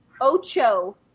Ocho